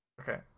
Okay